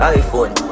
iPhone